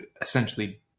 essentially